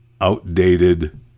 outdated